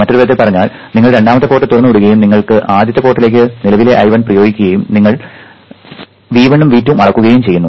മറ്റൊരു വിധത്തിൽ പറഞ്ഞാൽ നിങ്ങൾ രണ്ടാമത്തെ പോർട്ട് തുറന്ന് വിടുകയും നിങ്ങൾ ആദ്യത്തെ പോർട്ടിലേക്ക് നിലവിലെ I1 പ്രയോഗിക്കുകയും നിങ്ങൾ V1 ഉം V2 ഉം അളക്കുകയും ചെയ്യുന്നു